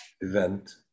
event